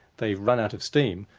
they've run out of steam,